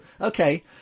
Okay